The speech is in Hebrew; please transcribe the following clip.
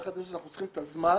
יחד עם זאת אנחנו צריכים את הזמן